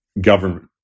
government